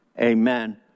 Amen